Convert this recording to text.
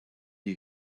you